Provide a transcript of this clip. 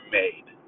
made